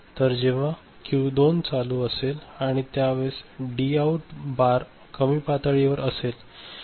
तर जेव्हा क्यू 2 चालू असेल त्या वेळेस डी आऊट बार कमी पातळी वर येईल